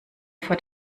vor